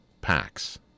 packs